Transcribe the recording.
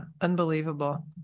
unbelievable